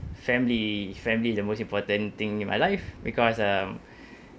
family family is the most important thing in my life because um